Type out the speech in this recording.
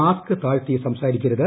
mask താഴ്ത്തി സംസാരിക്കരുത്